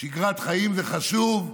שגרת חיים זה חשוב,